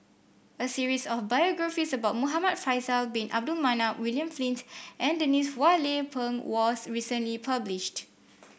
a series of biographies about Muhamad Faisal Bin Abdul Manap William Flint and Denise Phua Lay Peng was recently published